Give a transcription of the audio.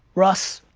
russ,